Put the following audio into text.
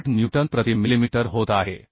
48 newton प्रति millimetre होत आहे